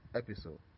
episode